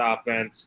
offense